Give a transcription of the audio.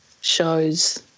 shows